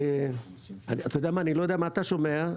אני לא יודע מה אתה שומע,